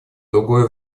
другое